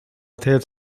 tales